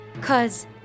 cause